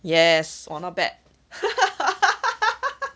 yes !wah! not bad